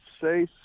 say